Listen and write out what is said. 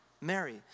Mary